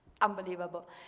unbelievable